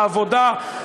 העבודה,